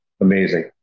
Amazing